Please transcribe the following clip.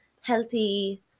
healthy